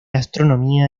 astronomía